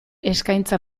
eskaintza